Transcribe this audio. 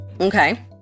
Okay